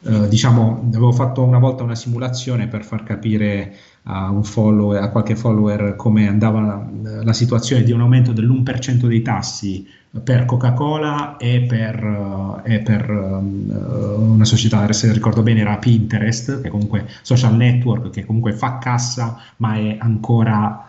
Eh, Sì. diciamo, avevo fatto una volta una simulazione per far capire a un follower- a qualche follower come andava, eh, la situazione di un aumento dell'1% dei tassi per Coca-Cola e per, eh, e per, ehm, eh, una società, se ricordo bene, era Pinterest, che comunque- social network, che comunque fa cassa, ma è ancora